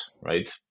right